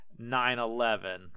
9-11